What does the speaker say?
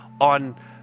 on